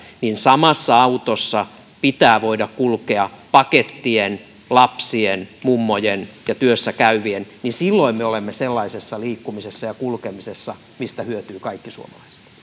samassa autossa pitää voida kulkea pakettien lapsien mummojen ja työssä käyvien silloin me olemme sellaisessa liikkumisessa ja kulkemisessa josta hyötyvät kaikki